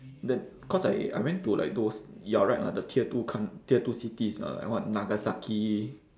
the cause I I went to like those you're right lah the tier two coun~ tier two cities uh like what nagasaki